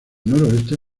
noroeste